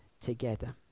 together